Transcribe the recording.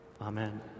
Amen